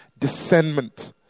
descendment